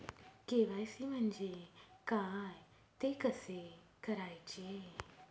KYC म्हणजे काय? ते कसे करायचे?